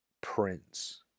prince